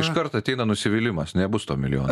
iškart ateina nusivylimas nebus to milijono